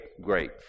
great